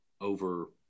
over